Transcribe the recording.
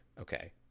okay